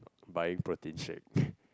buying protein shake